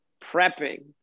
prepping